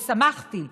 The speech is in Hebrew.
ושמחתי,